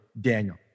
Daniel